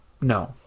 no